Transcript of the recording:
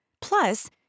Plus